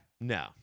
No